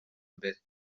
mbere